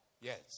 Yes